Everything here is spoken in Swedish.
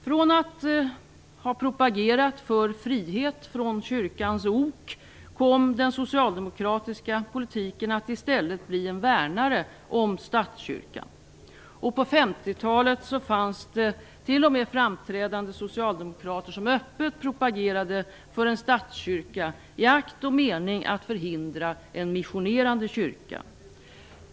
Från att ha propagerat för frihet från kyrkans ok kom den socialdemokratiska politiken att i stället bli en värnare om statskyrkan. På 50-talet fanns det t.o.m. framträdande socialdemokrater som öppet propagerade för en statskyrka i akt och mening att förhindra en missionerande kyrka.